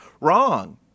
wrong